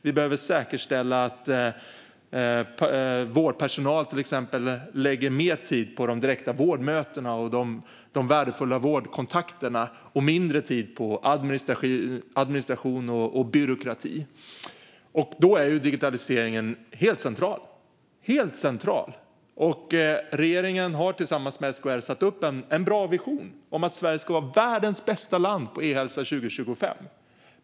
Vi behöver säkerställa att vårdpersonal till exempel lägger mer tid på de direkta vårdmötena och de värdefulla vårdkontakterna och mindre tid på administration och byråkrati. Då är digitaliseringen helt central. Regeringen har tillsammans med SKR satt upp en bra vision om att Sverige ska vara världens bästa land på e-hälsa 2025.